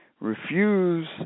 refuse